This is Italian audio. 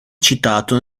citato